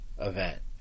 event